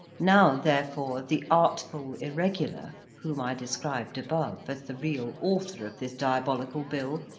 now therefore the artful irregular whom i described above as the real author of this diabolical bill,